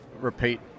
repeat